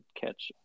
catch